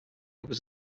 was